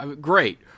great